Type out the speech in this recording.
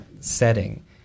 setting